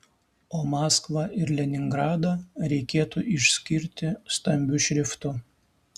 o maskvą ir leningradą reikėtų išskirti stambiu šriftu